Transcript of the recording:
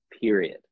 period